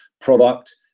product